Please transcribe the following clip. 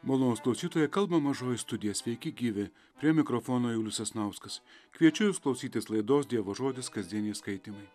malonūs klausytojai kalba mažoji studija sveiki gyvi prie mikrofono julius sasnauskas kviečiu jus klausytis laidos dievo žodis kasdieniai skaitymai